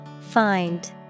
Find